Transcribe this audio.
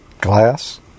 glass